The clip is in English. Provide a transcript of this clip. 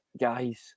guys